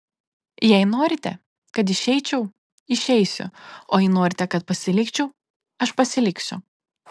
jei norite kad išeičiau išeisiu o jei norite kad pasilikčiau aš pasiliksiu